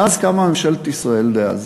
ואז קמה ממשלת ישראל דאז